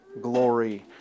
glory